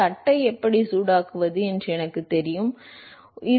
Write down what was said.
தட்டை எப்படி சூடாக்குவது என்று எனக்குத் தெரியும் என்று வைத்துக்கொள்வோம்